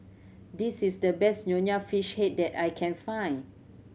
this is the best Nonya Fish Head that I can find